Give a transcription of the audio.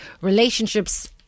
relationships